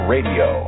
Radio